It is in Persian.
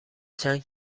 چند